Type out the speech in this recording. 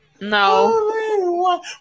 No